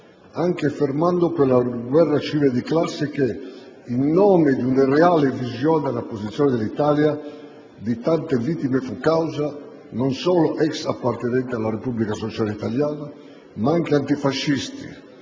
anche fermando quella guerra civile e di classe che, in nome di una irreale visione della posizione dell'Italia, di tante vittime fu causa, non solo ex appartenenti alla Repubblica Sociale Italiana, ma anche antifascisti,